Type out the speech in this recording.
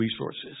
resources